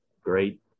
great